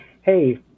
hey